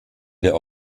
der